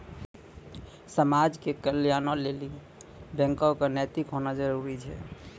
समाज के कल्याणों लेली बैको क नैतिक होना जरुरी छै